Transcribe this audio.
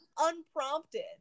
unprompted